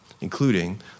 including